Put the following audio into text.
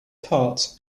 parts